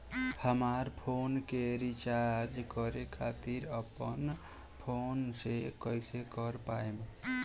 हमार फोन के रीचार्ज करे खातिर अपने फोन से कैसे कर पाएम?